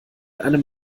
einem